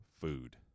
food